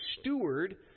steward